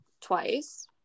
twice